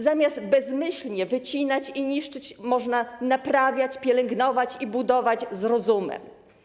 Zamiast bezmyślnie wycinać i niszczyć można naprawiać, pielęgnować i budować z rozumem.